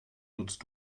nutzt